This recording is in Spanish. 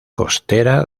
costera